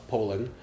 Poland